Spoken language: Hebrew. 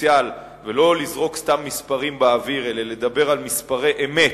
פוטנציאל ולא לזרוק סתם מספרים באוויר אלא לדבר על מספרי אמת,